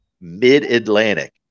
mid-atlantic